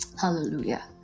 Hallelujah